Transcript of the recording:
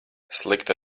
slikta